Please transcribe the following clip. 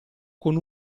con